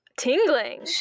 tingling